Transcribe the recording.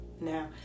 Now